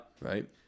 Right